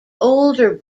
older